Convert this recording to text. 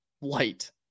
light